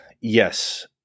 Yes